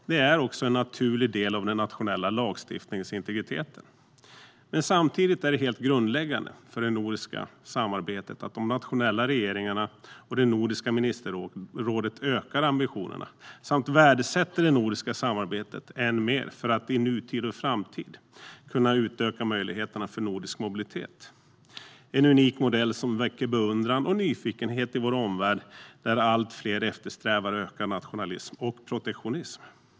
Det är en naturlig del av den nationella lagstiftningsintegriteten, men samtidigt är det helt grundläggande för det nordiska samarbetet att de nationella regeringarna och det nordiska ministerrådet ökar ambitionerna samt värdesätter det nordiska samarbetet än mer för att i nutid och i framtid kunna utöka möjligheterna för nordisk mobilitet - en unik modell som väcker beundran och nyfikenhet i vår omvärld, där allt fler eftersträvar ökad nationalism och protektionism.